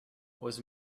was